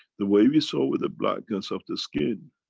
the way we saw with the blackness of the skin,